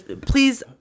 Please